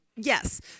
Yes